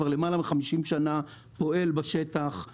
כבר למעלה מחמישים שנה פועלות בשטח משמרות הזה"ב,